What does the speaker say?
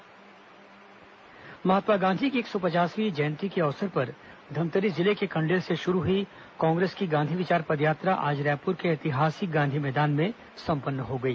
गांधी विचार पदयात्रा महात्मा गांधी की एक सौ पचासवीं जयंती के अवसर पर धमतरी जिले के कण्डेल से शुरू हुई कांग्रेस की गांधी विचार पदयात्रा आज रायपुर के ऐतिहासिक गांधी मैदान में संपन्न हो गई